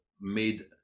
made